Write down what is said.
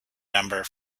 number